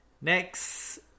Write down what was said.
Next